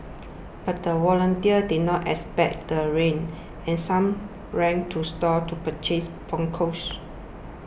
but the volunteers did not expect the rain and some ran to stores to purchase ponchos